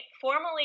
formally